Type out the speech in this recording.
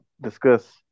discuss